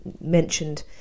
mentioned